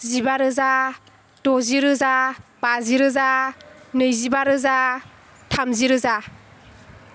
जिबा रोजा द'जि रोजा बाजि रोजा नैजिबा रोजा थामजि रोजा